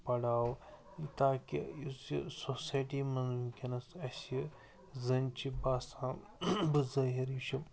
پڑھاو تاکہِ یُس یہِ سوسایٹی منٛز وٕنۍکٮ۪نس اَسہِ زٔنۍ چھِ باسان بٕظٲہر یہِ چھِ